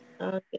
Okay